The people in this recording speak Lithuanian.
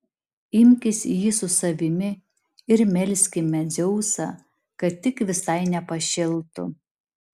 imkis jį su savimi ir melskime dzeusą kad tik visai nepašėltų